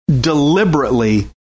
deliberately